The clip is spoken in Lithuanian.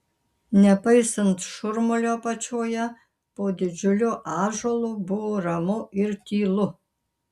nepaisant šurmulio apačioje po didžiuliu ąžuolu buvo ramu ir tylu